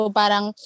parang